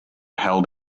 held